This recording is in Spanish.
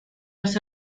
los